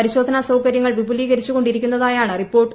പരിശോധനാ സൌകര്യങ്ങൾ വിപുലീകരിച്ചു കൊണ്ടിരിക്കുന്നതായാണ് റിപ്പോർട്ട്